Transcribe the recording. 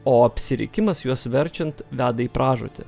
o apsirikimas juos verčiant veda į pražūtį